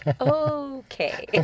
Okay